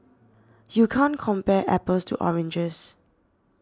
you can't compare apples to oranges